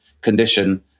condition